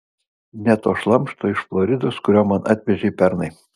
ne to šlamšto iš floridos kurio man atvežei pernai